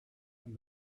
and